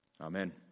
Amen